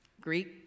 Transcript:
Greek